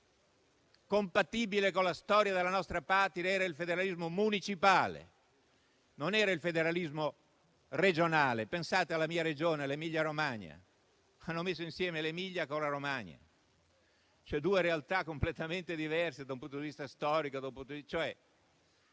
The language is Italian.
compatibile con la storia della nostra patria era il federalismo municipale, non era il federalismo regionale. Pensate alla mia Regione, l'Emilia-Romagna: hanno messo insieme l'Emilia con la Romagna, cioè due realtà completamente diverse da un punto di vista storico,